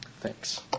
Thanks